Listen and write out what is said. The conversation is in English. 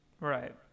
Right